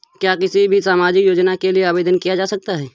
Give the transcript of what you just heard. क्या किसी भी सामाजिक योजना के लिए आवेदन किया जा सकता है?